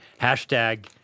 hashtag